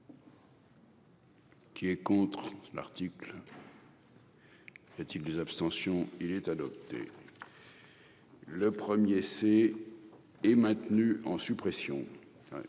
Qui est contre l'article. Est-t-il des abstentions il est adopté. Le 1er essai est maintenu en suppression